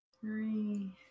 Three